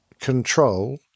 control